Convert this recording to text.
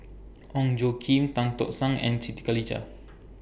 Ong Tjoe Kim Tan Tock San and Siti Khalijah